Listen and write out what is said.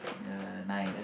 ya nice